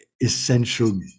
essential